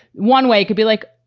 one way could be like,